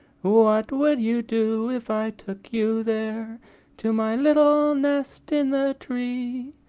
what would you do if i took you there to my little nest in the tree?